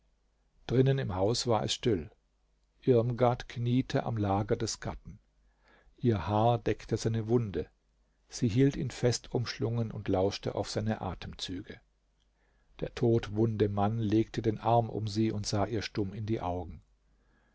drinnen im haus war es still irmgard kniete am lager des gatten ihr haar deckte seine wunde sie hielt ihn fest umschlungen und lauschte auf seine atemzüge der todwunde mann legte den arm um sie und sah ihr stumm in die augen